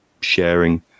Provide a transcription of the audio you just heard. sharing